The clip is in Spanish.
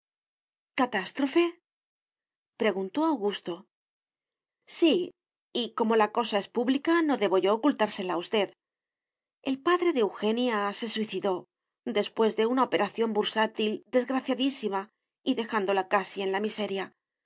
catástrofe preguntó augusto sí y como la cosa es pública no debo yo ocultársela a usted el padre de eugenia se suicidó después de una operación bursátil desgraciadísima y dejándola casi en la miseria